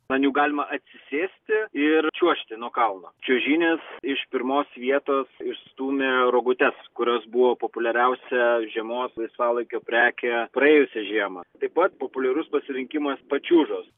ant jų galima atsisėsti ir čiuožti nuo kalno čiuožynės iš pirmos vietos išstūmė rogutes kurios buvo populiariausia žiemos laisvalaikio prekė praėjusią žiemą taip pat populiarus pasirinkimas pačiūžos